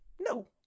No